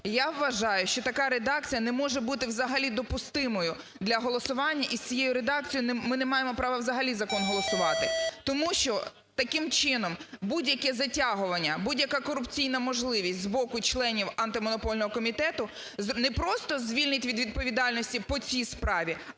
Я вважаю, що така редакція не може бути взагалі допустимою для голосування, і з цією редакцією ми немає права взагалі закон голосувати. Тому що, таким чином, будь-яке затягування, будь-яка корупційна можливість з боку членів Антимонопольного комітету не просто звільнить від відповідальності по цій справі,